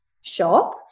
shop